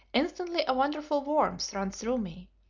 instantly a wonderful warmth ran through me,